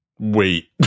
Wait